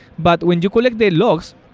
but when you collect the logs,